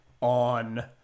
on